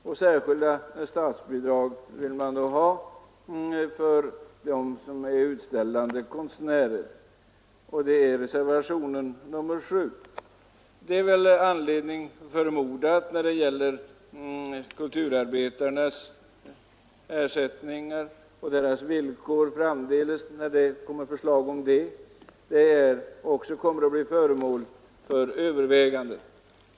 Man vill nu i reservationen 7 ha särskilda statsbidrag för utställande konstnärer. Det finns väl anledning att förmoda att detta också skall bli föremål för överväganden när det framdeles kommer förslag om kulturarbetarnas ersättningar och deras villkor i övrigt.